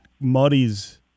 muddies